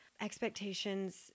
Expectations